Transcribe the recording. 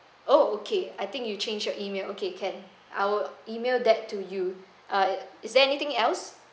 oh okay I think you changed your email okay can I will email that to you uh is there anything else